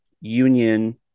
union